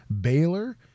baylor